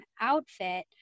outfit